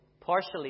partially